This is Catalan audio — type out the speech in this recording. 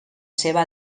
seva